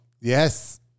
Yes